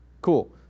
Cool